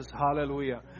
Hallelujah